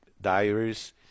Diaries